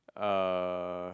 uh